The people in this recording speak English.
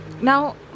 now